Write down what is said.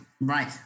right